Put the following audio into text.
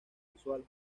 visual